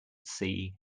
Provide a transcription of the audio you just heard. see